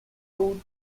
wood